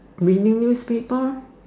reading newspaper